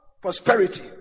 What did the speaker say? prosperity